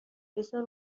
بزار